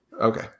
Okay